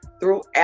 throughout